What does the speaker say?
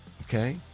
Okay